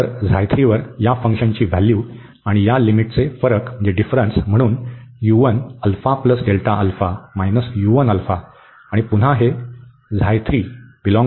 तर वर या फंक्शनची व्हॅल्यू आणि या लिमिटचे फरक म्हणून आणि पुन्हा हे